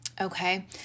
Okay